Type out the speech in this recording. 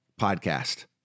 podcast